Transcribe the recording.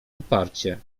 uparcie